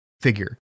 figure